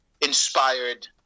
inspired